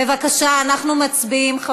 בבקשה, אנחנו מצביעים.